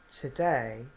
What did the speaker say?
today